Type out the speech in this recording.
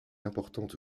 importante